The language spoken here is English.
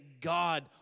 God